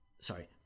sorry